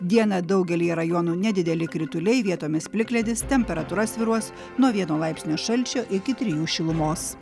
dieną daugelyje rajonų nedideli krituliai vietomis plikledis temperatūra svyruos nuo vieno laipsnio šalčio iki trijų šilumos